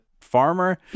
farmer